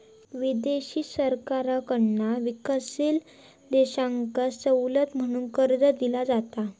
विदेशी सरकारकडना विकसनशील देशांका सवलत म्हणून कर्ज दिला जाता